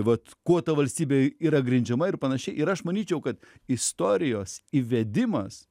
vat kuo ta valstybė yra grindžiama ir panašiai ir aš manyčiau kad istorijos įvedimas